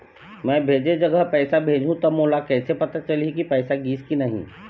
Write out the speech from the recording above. मैं भेजे जगह पैसा भेजहूं त मोला कैसे पता चलही की पैसा गिस कि नहीं?